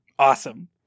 Awesome